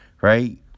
right